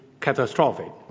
catastrophic